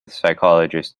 psychologist